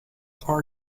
are